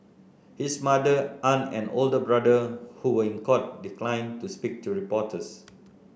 his mother aunt and older brother who were in court declined to speak to reporters